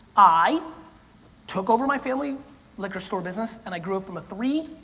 i took over my family liquor store business and i grew if from a three,